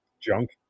junk